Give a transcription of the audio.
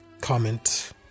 Comment